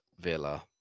Villa